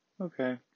Okay